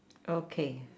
okay